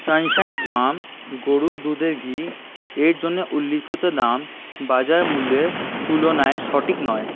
Sunshine farm গরুর দুধের ঘিয়ের জন্যে উল্লিখিত দাম বাজার মূল্যের তুলনায় সঠিক নয়